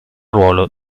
ruolo